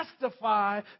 testify